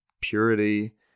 purity